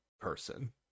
person